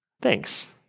Thanks